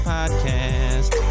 Podcast